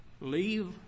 Leave